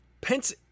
Pence